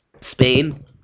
Spain